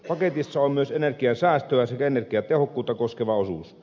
paketissa on myös energiansäästöä sekä energiatehokkuutta koskeva osuus